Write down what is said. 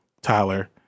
Tyler